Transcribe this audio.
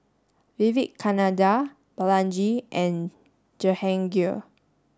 Vivekananda Balaji and Jehangirr